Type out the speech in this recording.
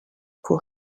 pour